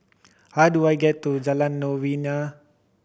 how do I get to Jalan Novena